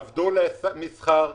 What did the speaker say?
עברו למסחר,